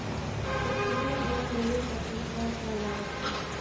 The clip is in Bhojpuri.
फेस्टिवल लोन लेवे खातिर का का लागत बा?